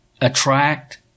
attract